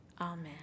Amen